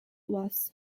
was